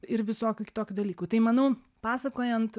ir visokių kitokių dalykų tai manau pasakojant